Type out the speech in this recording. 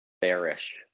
bearish